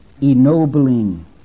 ennobling